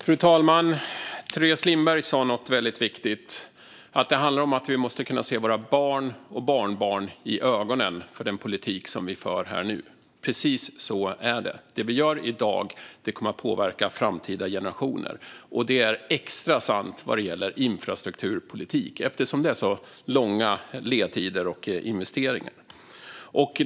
Fru talman! Teres Lindberg sade något väldigt viktigt, att det handlar om att vi måste kunna se våra barn och barnbarn i ögonen för den politik som vi för här nu. Precis så är det. Det vi gör i dag kommer att påverka framtida generationer, och det är extra sant vad gäller infrastrukturpolitik eftersom det är så långa ledtider och stora investeringar.